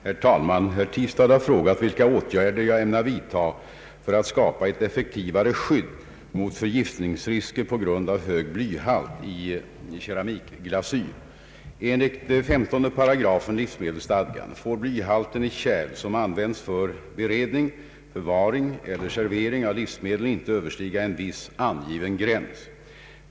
Herr talman! Herr Tistad har frågat vilka åtgärder jag ämnar vidta för att skapa ett effektivare skydd mot förgiftningsrisker på grund av hög blyhalt i keramikglasyr. Enligt 15 § livsmedelsstadgan får blyhalten i kärl, som används för beredning, förvaring eller servering av livsmedel, inte överstiga en viss angiven gräns.